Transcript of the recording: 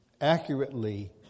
accurately